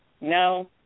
no